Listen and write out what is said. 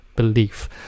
Belief